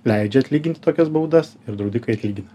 leidžia atlyginti tokias baudas ir draudikai atlygina